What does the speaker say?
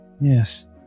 yes